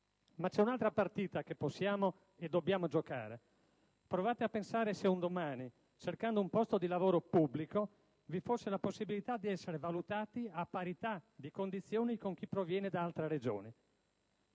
Ma c'è un'altra partita che possiamo - e dobbiamo - giocare. Provate a pensare se un domani, cercando un posto di lavoro pubblico, vi fosse la possibilità di essere valutati a parità di condizioni con chi proviene da altre Regioni.